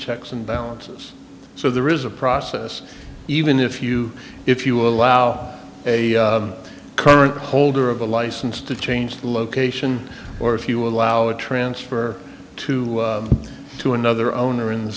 checks and balances so there is a process even if you if you allow a current holder of a license to change the location or if you allow a transfer to to another owner in the